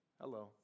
Hello